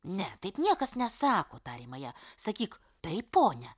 ne taip niekas nesako tarė maja sakyk taip ponia